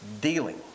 Dealing